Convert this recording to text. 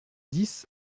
dix